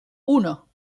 uno